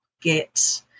get